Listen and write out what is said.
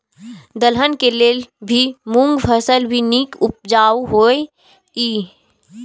दलहन के लेल भी मूँग फसल भी नीक उपजाऊ होय ईय?